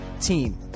team